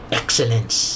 excellence